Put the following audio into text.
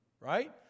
right